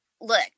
look